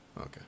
Okay